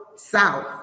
south